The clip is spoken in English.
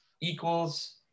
equals